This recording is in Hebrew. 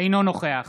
נוכח